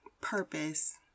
purpose